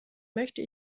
möchte